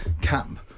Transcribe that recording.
camp